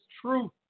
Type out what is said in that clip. truth